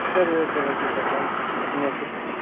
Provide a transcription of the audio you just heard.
சரி okay okay sir thanks நீங்கள் cut பண்ணுங்கள்